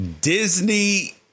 Disney